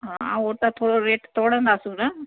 हा हो त थोरो रेट तोड़िंदासीं न